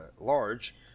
large